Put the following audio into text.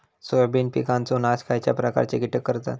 Soybean पिकांचो नाश खयच्या प्रकारचे कीटक करतत?